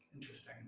Interesting